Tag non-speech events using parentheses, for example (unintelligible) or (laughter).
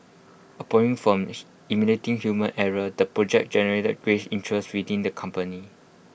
(unintelligible) from (unintelligible) eliminating human error the project generated great interest within the company